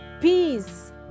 Peace